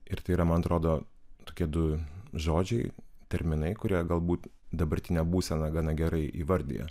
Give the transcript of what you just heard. ir tai yra man atrodo tokie du žodžiai terminai kurie galbūt dabartinę būseną gana gerai įvardija